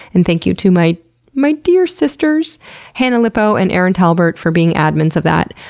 and thank you to my my dear sisters hannah lipow and erin talbert for being admins of that.